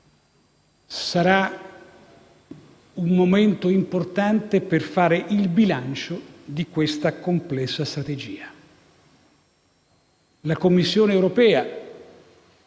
Sarà un momento importante per fare il bilancio di questa complessa strategia. La Commissione europea